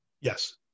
Yes